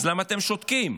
למה אתם שותקים?